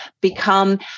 become